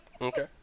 Okay